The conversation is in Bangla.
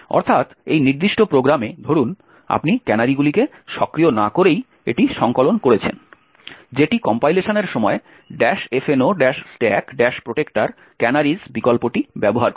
অর্থাৎ এই নির্দিষ্ট প্রোগ্রামে ধরুন আপনি ক্যানারিগুলিকে সক্রিয় না করেই এটি সংকলন করেছেন যেটি কম্পাইলেশনের সময় fno stack protector canaries বিকল্পটি ব্যবহার করে